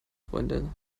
freundin